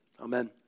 Amen